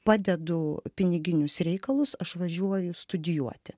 padedu piniginius reikalus aš važiuoju studijuoti